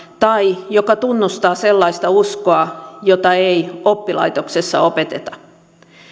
tai joka tunnustaa sellaista uskoa jota ei oppilaitoksessa opeteta